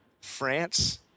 France